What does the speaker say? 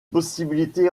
possibilité